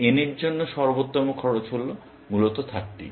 সুতরাং n এর জন্য সর্বোত্তম খরচ হল মূলত 30